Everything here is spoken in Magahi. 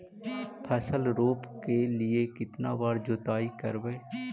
फसल रोप के लिय कितना बार जोतई करबय?